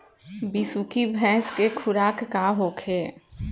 बिसुखी भैंस के खुराक का होखे?